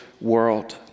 world